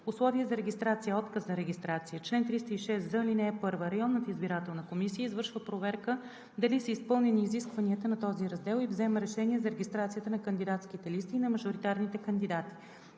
Условия за регистрация. Отказ за регистрация Чл. 306з. (1) Районната избирателна комисия извършва проверка дали са изпълнени изискванията на този раздел и взема решение за регистрацията на кандидатските листи и на мажоритарните кандидати.